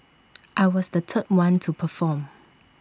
I was the third one to perform